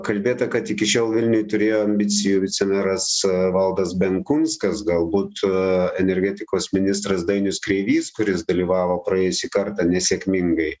kalbėta kad iki šiol vilniuj turėjo ambicijų vicemeras valdas benkunskas galbūt energetikos ministras dainius kreivys kuris dalyvavo praėjusį kartą nesėkmingai